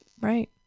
Right